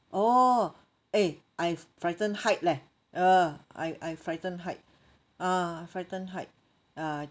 oh eh I've frighten height leh err I I frighten height ah frighten height ah